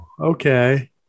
Okay